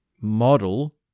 model